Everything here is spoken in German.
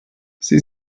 sie